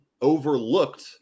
overlooked